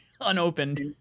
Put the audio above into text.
unopened